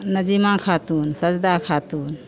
Nazima Khatun Sajda Khatun